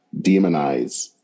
demonize